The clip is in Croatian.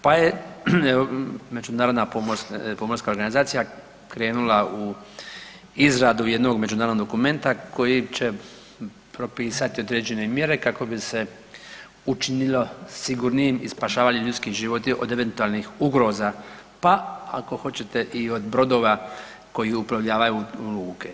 Pa je, međunarodna pomorska organizacija krenula u izradu jednog međunarodnog dokumenta koji će propisati određene mjere kako bi se učinilo sigurnijim i spašavali ljudski životi od eventualnih ugroza, pa ako hoćete i od brodova koji uplovljavaju u luke.